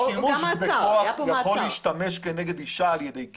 שימוש בכוח כנגד אישה יכול להיות על ידי גבר.